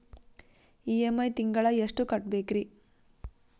EMI ತಿಂಗಳ ಎಷ್ಟು ಕಟ್ಬಕ್ರೀ?